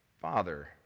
father